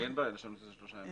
אין בעיה לשנות את זה לשלושה ימים.